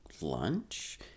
lunch